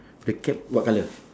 the cap what colour